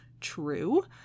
true